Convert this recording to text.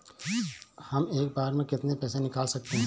हम एक बार में कितनी पैसे निकाल सकते हैं?